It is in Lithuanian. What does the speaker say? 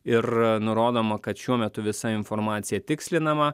ir nurodoma kad šiuo metu visa informacija tikslinama